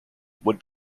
would